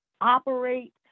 operate